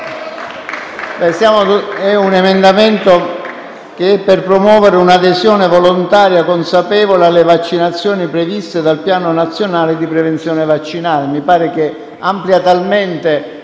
finestra"). L'emendamento serve a promuovere un'adesione volontaria e consapevole alle vaccinazioni previste dal Piano nazionale di prevenzione vaccinale. Mi pare che amplia molto